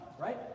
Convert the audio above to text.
right